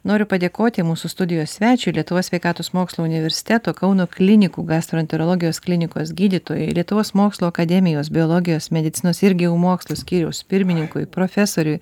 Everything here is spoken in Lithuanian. noriu padėkoti mūsų studijos svečiui lietuvos sveikatos mokslų universiteto kauno klinikų gastroenterologijos klinikos gydytojui lietuvos mokslų akademijos biologijos medicinos ir geomokslų skyriaus pirmininkui profesoriui